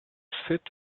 fit